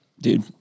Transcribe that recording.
dude